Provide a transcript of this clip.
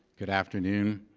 good afternoon.